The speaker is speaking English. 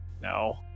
no